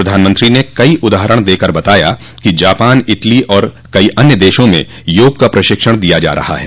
प्रधानमंत्री ने कई उदाहरण देकर बताया कि जापान इटली और कई अन्य देशों में योग का प्रशिक्षण दिया जा रहा है